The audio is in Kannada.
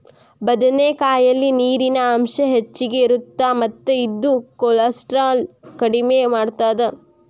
ಬದನೆಕಾಯಲ್ಲಿ ನೇರಿನ ಅಂಶ ಹೆಚ್ಚಗಿ ಇರುತ್ತ ಮತ್ತ ಇದು ಕೋಲೆಸ್ಟ್ರಾಲ್ ಕಡಿಮಿ ಮಾಡತ್ತದ